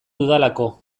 dudalako